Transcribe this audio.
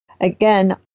again